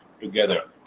together